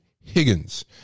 Higgins